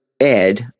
Ed